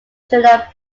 julia